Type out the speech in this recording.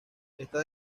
estas